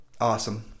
Awesome